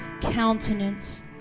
countenance